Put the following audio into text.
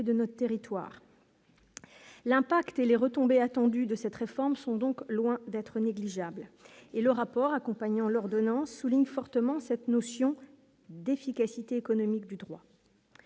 de notre territoire l'impact et les retombées attendues de cette réforme sont donc loin d'être négligeables et le rapport accompagnant l'ordonnance souligne fortement cette notion d'efficacité économique du droit